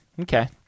Okay